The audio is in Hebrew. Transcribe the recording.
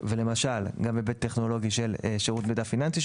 וגם היבט טכנולוגי של שירות מידע פיננסי,